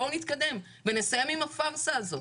בואו נתקדם ונסיים עם הפארסה הזאת.